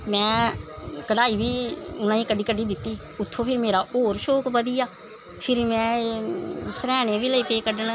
में कढ़ाई ही उनेंगी कड्ढी कड्ढी दित्ती उत्थें फ्ही मेरा होर शौंक बधी आ फिर में सर्हैने बी लगी पेई कड्ढन